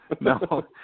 No